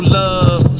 love